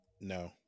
No